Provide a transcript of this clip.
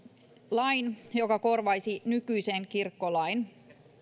lain joka korvaisi nykyisen kirkkolain